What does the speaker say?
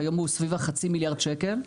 כיום הוא סביב חצי מיליארד שקל,